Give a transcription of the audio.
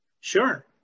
Sure